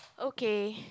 okay